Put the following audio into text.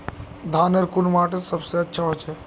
धानेर कुन माटित सबसे अच्छा होचे?